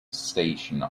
station